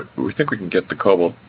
but we think we can get the cobalt